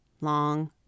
long